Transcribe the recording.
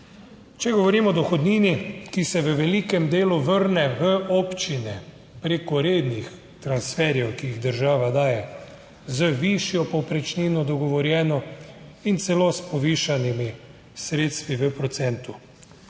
Če govorimo o dohodnini, ki se v velikem delu vrne v občine preko rednih transferjev, ki jih država daje z višjo povprečnino dogovorjeno in celo s povišanimi sredstvi v procentu.